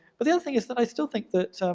but the other thing is that i still think that,